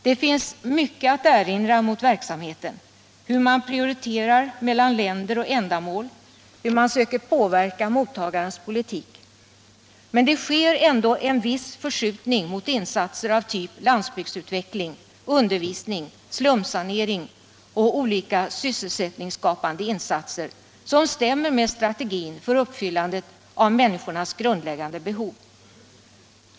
Det finns mycket att erinra mot verksamheten — hur man prioriterar mellan länder och ändamål, hur man söker påverka mottagarens politik — men det sker ändå en viss förskjutning mot insatser av typ landsbygdsutveckling, undervisning, slumsanering och olika sysselsättningsskapande projekt, som stämmer med stadgan för uppfyllandet av människornas grundläggande behov.